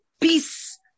peace